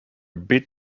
bit